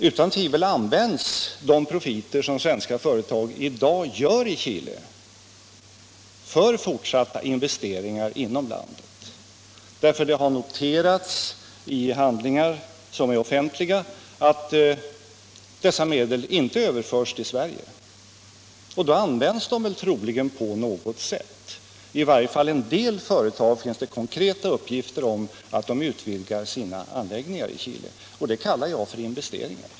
Utan tvivel används de profiter som svenska företag i dag gör i Chile för fortsatta investeringar inom landet; det har noterats i handlingar, som är offentliga, att dessa medel inte överförts till Sverige, och då används de på något sätt. I varje fall om en del företag finns det konkreta uppgifter att de utvidgar sina anläggningar i Chile — och det kallar jag för investeringar.